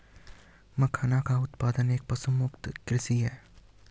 मखाना का उत्पादन एक पशुमुक्त कृषि है